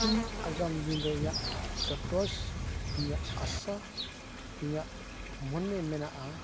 ᱤᱧ ᱟᱜᱟᱢ ᱫᱤᱱ ᱨᱮ ᱤᱧᱟᱹᱜ ᱴᱟᱴᱚᱣᱟᱥ ᱤᱧᱟᱹᱜ ᱟᱥᱟ ᱤᱧᱟᱹᱜ ᱢᱚᱱᱮ ᱢᱮᱱᱟᱜᱼᱟ